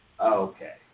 okay